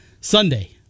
sunday